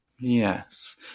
Yes